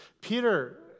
Peter